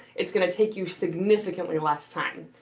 it's gonna take you significantly less time.